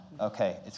Okay